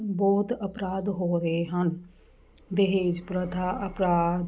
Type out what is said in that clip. ਬਹੁਤ ਅਪਰਾਧ ਹੋ ਗਏ ਹਨ ਦਹੇਜ ਪ੍ਰਥਾ ਅਪਰਾਧ